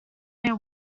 their